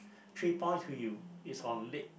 three point to you it's from late